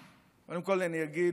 קודם כול אני אגיד,